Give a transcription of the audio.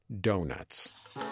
donuts